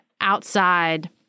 outside